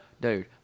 Dude